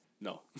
No